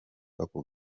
ako